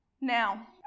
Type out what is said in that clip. Now